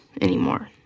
anymore